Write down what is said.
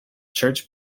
church